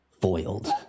Foiled